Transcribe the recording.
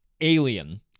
Alien